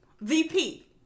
VP